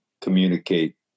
communicate